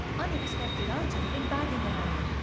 unexpected item in bagging area.